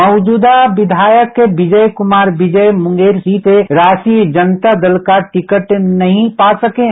मौजूदा विधायक विजय कुमार विजय मुंगेर सीट से राष्ट्रीय जनता दल का टिकट नहीं पा सके हैं